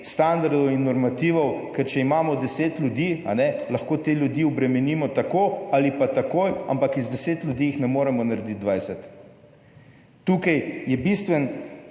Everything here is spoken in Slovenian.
in normativov. Ker če imamo deset ljudi, a ne, lahko te ljudi obremenimo tako ali pa takoj, ampak iz deset ljudi jih ne moremo narediti 20. Tukaj je bistven